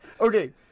Okay